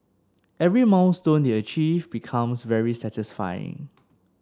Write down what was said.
every milestone they achieve becomes very satisfying